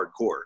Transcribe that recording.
hardcore